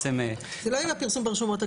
זה לא עם הפרסום ברשומות,